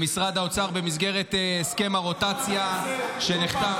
למשרד האוצר במסגרת הסכם הרוטציה שנחתם